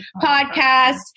podcast